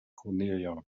cornelia